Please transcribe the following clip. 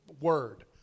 word